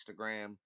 Instagram